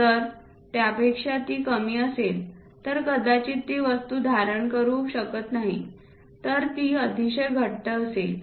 जर त्यापेक्षा ती कमी असेल तर कदाचित ती वस्तू धारण करू शकत नाही तर ती अतिशय घट्ट असेल